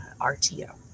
RTO